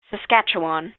saskatchewan